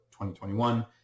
2021